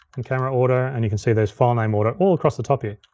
and camera order, and you can see there's file name order all across the top here.